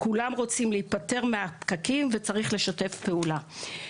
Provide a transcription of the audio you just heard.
כולם רוצים להיפטר מהפקקים וצריך לשתף פעולה.